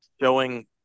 showing